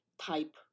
type